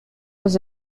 was